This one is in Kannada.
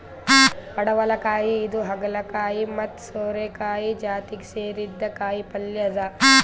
ಪಡವಲಕಾಯಿ ಇದು ಹಾಗಲಕಾಯಿ ಮತ್ತ್ ಸೋರೆಕಾಯಿ ಜಾತಿಗ್ ಸೇರಿದ್ದ್ ಕಾಯಿಪಲ್ಯ ಅದಾ